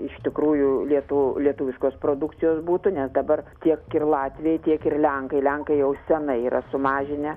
iš tikrųjų lietu lietuviškos produkcijos būtų nes dabar tiek ir latviai tiek ir lenkai lenkai jau senai yra sumažinę